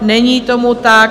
Není tomu tak.